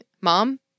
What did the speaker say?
mom